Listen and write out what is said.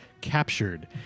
captured